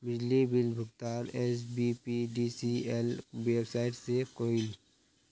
बिजली बिल भुगतान SBPDCL website से क्रॉइल